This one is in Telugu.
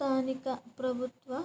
స్థానిక ప్రభుత్వ